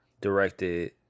directed